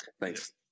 thanks